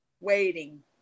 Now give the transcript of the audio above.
Waiting